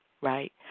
right